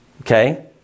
Okay